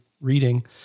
reading